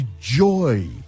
joy